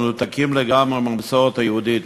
מנותקים לגמרי מהמסורת היהודית.